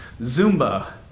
Zumba